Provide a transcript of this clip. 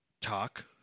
talk